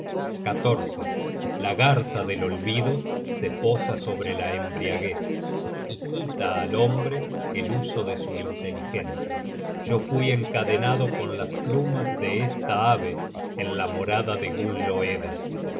conoce la garza del olvido se posa sobre la embriaguez y quita al hombre el uso de su inteligencia yo fui encadenado con las plumas de esta ave en la morada de gunloeda yo